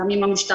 גם עם המשטרה,